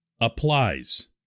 applies